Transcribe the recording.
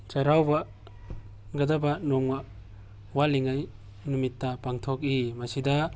ꯆꯩꯔꯥꯎꯒꯗꯕ ꯅꯣꯡꯃ ꯋꯥꯠꯂꯤꯉꯩ ꯅꯨꯃꯤꯠꯇ ꯄꯥꯡꯊꯣꯛꯏ ꯃꯁꯤꯗ